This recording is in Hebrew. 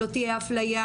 שלא תהיה אפליה,